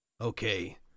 okay